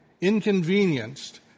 inconvenienced